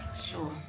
Sure